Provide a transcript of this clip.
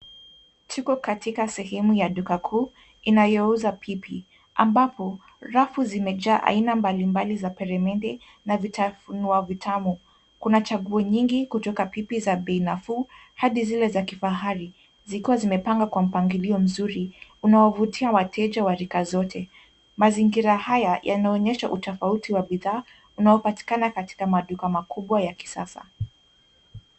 Tuko katika sehemu ya duka kuu inayouza pipi, ambapo rafu zimejaa aina mbalimbali za peremende na vitafunwa vitamu. Kuna chaguo nyingi kutoka pipi za bei nafuu hadi zile za kifahari, zikiwa zimepangwa kwa mpangilio mzuri unaovutia wateja wa rika zote. Mazingira haya yanaonyesha utofauti wa bidhaa unaopatikana katika maduka makubwa ya kisasa.